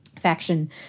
faction